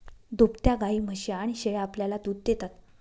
दुभत्या गायी, म्हशी आणि शेळ्या आपल्याला दूध देतात